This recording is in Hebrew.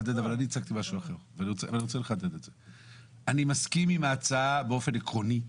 אני מסכים עם ההצעה באופן עקרוני,